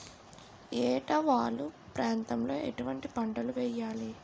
ఏటా వాలు ప్రాంతం లో ఎటువంటి పంటలు వేయాలి?